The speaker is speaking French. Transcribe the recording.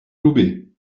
loubet